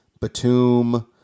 Batum